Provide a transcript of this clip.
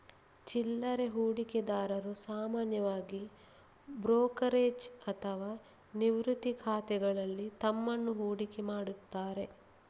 ಚಿಲ್ಲರೆ ಹೂಡಿಕೆದಾರರು ಸಾಮಾನ್ಯವಾಗಿ ಬ್ರೋಕರೇಜ್ ಅಥವಾ ನಿವೃತ್ತಿ ಖಾತೆಗಳಲ್ಲಿ ತಮ್ಮನ್ನು ಹೂಡಿಕೆ ಮಾಡುತ್ತಾರೆ